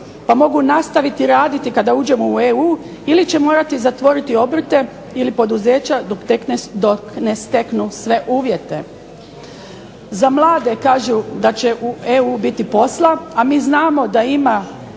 pa mogu nastaviti raditi kada uđemo u EU ili će morati zatvoriti obrte ili poduzeća dok ne steknu sve uvjete. Za mlade kažu da će u EU biti posla, a mi znamo da ima